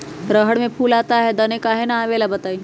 रहर मे फूल आता हैं दने काहे न आबेले बताई?